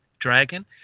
dragon